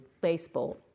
Baseball